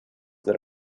that